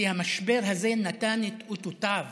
כי המשבר הזה נתן את אותותיו